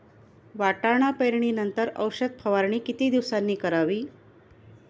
वाटाणा पेरणी नंतर औषध फवारणी किती दिवसांनी करावी?